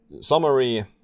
Summary